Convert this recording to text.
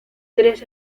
tres